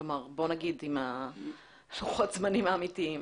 כלומר בוא נגיד עם לוחות הזמנים האמיתיים.